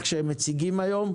למהלך שהם מציגים היום,